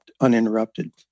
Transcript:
uninterrupted